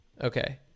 okay